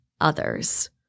others